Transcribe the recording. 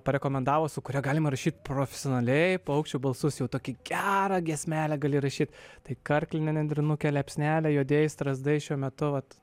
parekomendavo su kuria galima rašyti profesionaliai paukščių balsus jau tokį gerą giesmelę gali rašyt tai karklinę nendrinukę liepsnelę juodieji strazdai šiuo metu vat